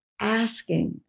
asking